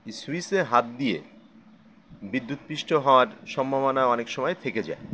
এই সুইচে হাত দিয়ে বিদ্যুৎপিষ্ট হওয়ার সম্ভাবনা অনেক সময় থেকে যায়